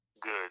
good